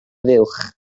fuwch